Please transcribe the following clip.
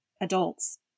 adults